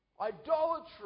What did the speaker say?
idolatry